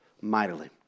mightily